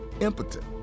impotent